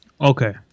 Okay